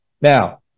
Now